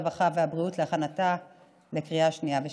הרווחה והבריאות להכנתה לקריאה השנייה והשלישית.